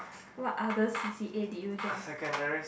what other C_C_A did you join